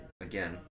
Again